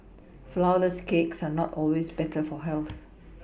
flourless cakes are not always better for health